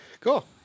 Cool